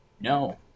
no